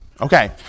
Okay